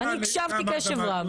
אני הקשבתי קשב רב.